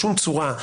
בשום צורה,